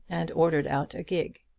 and ordered out a gig.